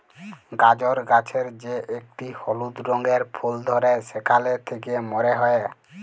গাজর গাছের যে একটি হলুদ রঙের ফুল ধ্যরে সেখালে থেক্যে মরি হ্যয়ে